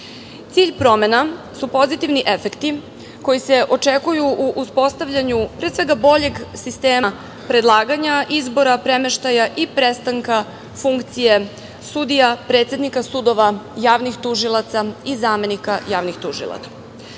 Cilj promena su pozitivni efekti koji se očekuju u uspostavljanju, pre svega, boljeg sistema predlaganja, izbora, premeštaja i prestanka funkcije sudija, predsednika sudova, javnih tužilaca i zamenika javnih tužilaca. Ulazak